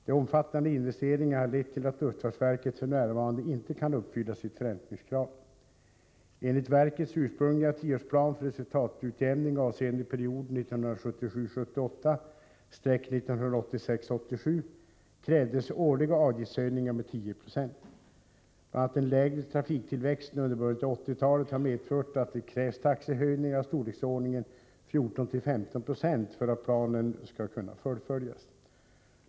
De omfattande investeringarna har lett till att luftfartsverket f.n. inte kan uppfylla sitt förräntningskrav. Enligt verkets ursprungliga tioårsplan för resultatutjämning avseende perioden 1977 87 krävdes årliga avgiftshöjningar med 10 96. Bl. a. den lägre trafiktillväxten under början av 1980-talet har medfört att det krävs taxehöjningar av storleksordningen 14—15 90 för att planen skall kunna fullföljas.